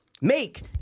make